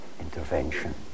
intervention